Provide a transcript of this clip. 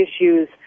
issues